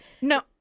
No